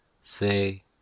Say